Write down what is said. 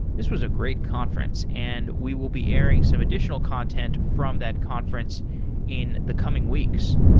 this was a great conference and we will be airing some additional content from that conference in the coming weeks.